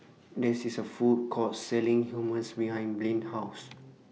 This IS A Food Court Selling Hummus behind Blain's House